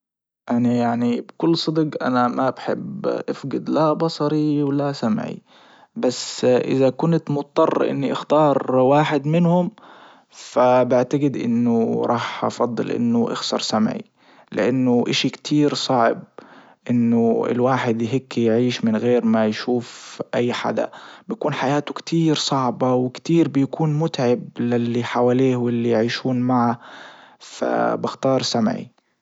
انا يعني بكل صدج انا ما بحب افجد لا بصري ولا سمعي بس اذا كنت مضطر اني اختار واحد منهم فبعتجد انه راح افضل انه اخسر سمعي لانه اشي كتير صعب انه الواحد يهكي يعيش غير ما يشوف اي حدا بكون حياته كتير صعبة وكتير بيكون متعب للي حواليه واللي يعيشون معه فبختار سمعي.